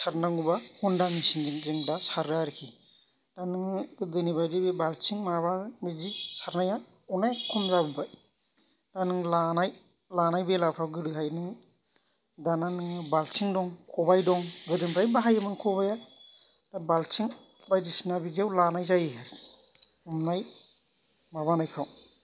सारनांगौबा हन्डा मिशिनजोंदा सारो आरोखि दा नों दिनैबादि बे बालथिं माबा बिदि सारनाया अनेक खम जाबोबाय दा नों लानाय लानाय बेलाफ्राव गोदोहाय नों दाना नोङो बालथिं दं खबाइ दं गोदोनिफ्रायनो बाहायोमोन खबाइया दा बालथिं बायदिसिना बिदियाव लानाय जायो आरो हमनाय माबानायफ्राव